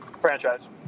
franchise